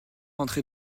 rentré